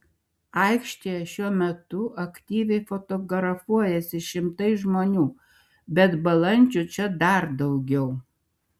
aikštėje šiuo metu aktyviai fotografuojasi šimtai žmonių bet balandžių čia dar daugiau